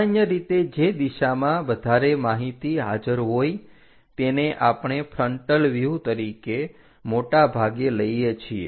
સામાન્ય રીતે જે દિશામાં વધારે માહિતી હાજર હોય તેને આપણે ફ્રન્ટલ વ્યુહ તરીકે મોટાભાગે લઈએ છીએ